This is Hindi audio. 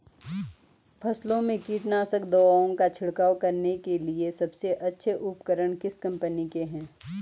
फसलों में कीटनाशक दवाओं का छिड़काव करने के लिए सबसे अच्छे उपकरण किस कंपनी के हैं?